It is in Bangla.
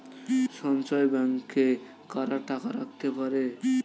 সঞ্চয় ব্যাংকে কারা টাকা রাখতে পারে?